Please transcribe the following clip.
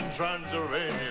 Transylvania